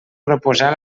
proposar